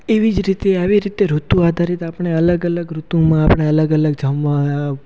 એવી જ રીતે આવી રીતે ઋતુ આધારિત આપણે અલગ અલગ ઋતુમાં આપણે અલગ અલગ જમવા